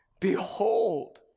behold